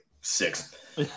six